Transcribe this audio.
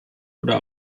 oder